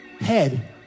head